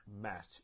match